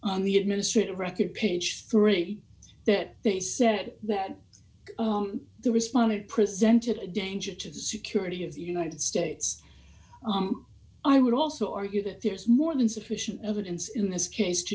on the administrative record page three that they see that that the respondent presented a danger to the security of the united states i would also argue that there's more than sufficient evidence in this case to